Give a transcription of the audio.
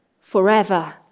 forever